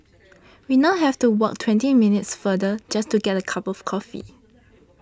we now have to walk twenty minutes farther just to get a cup of coffee